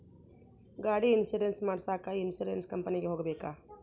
ಗಾಡಿ ಇನ್ಸುರೆನ್ಸ್ ಮಾಡಸಾಕ ಇನ್ಸುರೆನ್ಸ್ ಕಂಪನಿಗೆ ಹೋಗಬೇಕಾ?